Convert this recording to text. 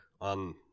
on